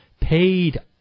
paid